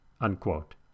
unquote